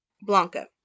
Blanca